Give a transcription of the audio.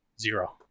Zero